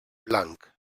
blanc